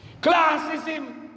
Classism